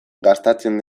gastatzen